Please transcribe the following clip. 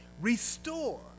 Restore